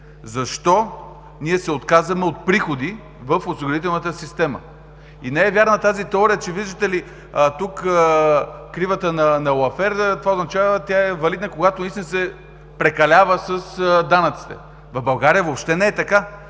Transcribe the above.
защо ние се отказваме от приходи в осигурителната система. Не е вярна тази теория – за кривата на Лафер. Това означава, че тя е валидна, когато наистина се прекалява с данъците. В България въобще не е така!